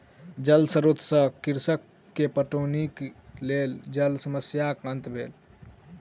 जल स्रोत से कृषक के पटौनी के लेल जल समस्याक अंत भेल